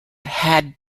had